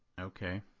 okay